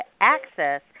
access